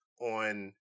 on